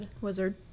Wizard